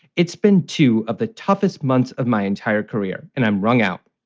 it's been two of the toughest months of my entire career and i'm rung out.